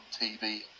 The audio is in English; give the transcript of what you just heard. tv